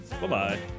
bye-bye